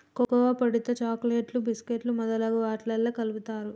cocoa పొడితో చాకోలెట్లు బీషుకేకులు మొదలగు వాట్లల్లా కలుపుతారు